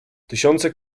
tysiące